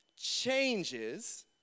changes